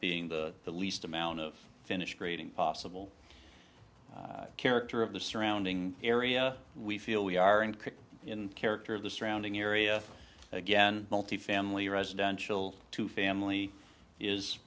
being the least amount of finished grading possible character of the surrounding area we feel we are and kick in character of the surrounding area again multifamily residential to family is